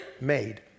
made